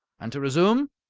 and to resume.